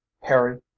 Harry